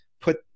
put